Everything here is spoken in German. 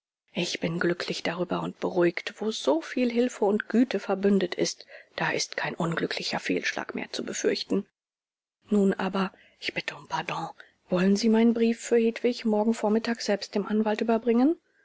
ich bin glücklich darüber und beruhigt wo so viel hilfe und güte verbündet ist da ist kein unglücklicher fehlschlag mehr zu befürchten nun aber ich bitte um pardon wollen sie meinen brief für hedwig morgen vormittag selbst dem anwalt überbringen